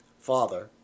Father